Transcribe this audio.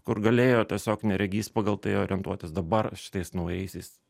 kur galėjo tiesiog neregys pagal tai orientuotis dabar šitais naujaisiais